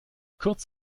kurz